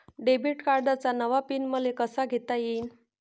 Debit कार्डचा नवा pin मले कसा घेता येईन?